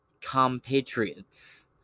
compatriots